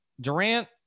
Durant